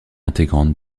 intégrante